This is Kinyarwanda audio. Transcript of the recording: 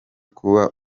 kuba